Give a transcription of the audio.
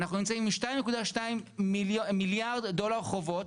אנחנו נמצאים עם 2.2 מיליארד דולר חובות,